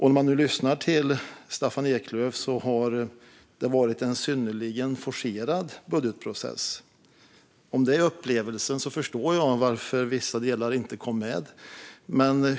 När man lyssnar på Staffan Eklöf har det varit en synnerligen forcerad budgetprocess. Om det är upplevelsen förstår jag varför vissa delar inte kom med.